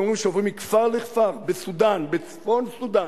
הם אמרו שעברו מכפר לכפר בסודן, בצפון סודן,